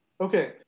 Okay